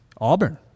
Auburn